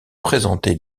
présenter